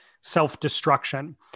self-destruction